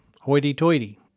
hoity-toity